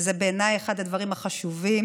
וזה בעיניי אחד הדברים החשובים,